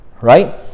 Right